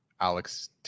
Alex